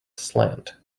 slant